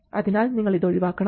അതിനാൽ നിങ്ങൾ ഇത് ഒഴിവാക്കണം